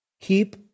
keep